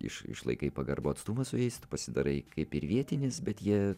iš išlaikai pagarbų atstumą su jais tu pasidarai kaip ir vietinis bet jie